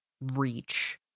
reach